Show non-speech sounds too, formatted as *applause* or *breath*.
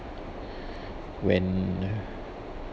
*breath* when